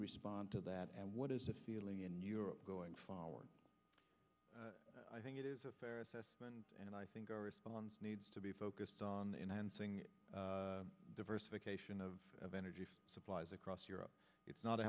respond to that and what is the feeling in europe going forward i think it is a fair assessment and i think our response needs to be focused on the enhancing diversification of of energy supplies across europe it's not a